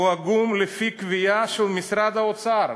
הוא עגום לפי קביעה של משרד האוצר.